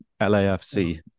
LAFC